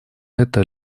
это